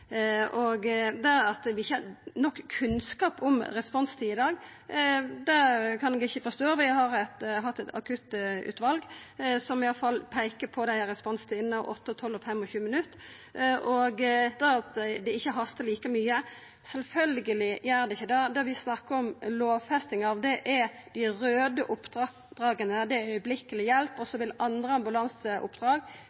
Det at vi ikkje har nok kunnskap om responstida i dag, kan eg ikkje forstå. Vi har hatt eit akuttutval som iallfall peiker på responstidene 8, 12 og 25 minutt. Til det at det ikkje hastar like mykje: Sjølvsagt gjer det ikkje det. Det vi snakkar om lovfesting av, er dei raude oppdraga, det er akutthjelp. Andre ambulanseoppdrag vil kunna ta lengre tid. Det er akutthjelp når det hastar for liv og